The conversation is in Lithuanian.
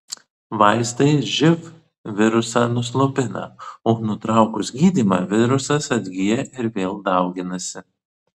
vaistai živ virusą nuslopina o nutraukus gydymą virusas atgyja ir vėl dauginasi